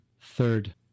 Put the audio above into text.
third